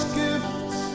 gifts